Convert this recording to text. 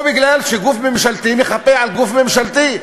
או כי גוף ממשלתי מחפה על גוף ממשלתי.